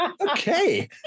Okay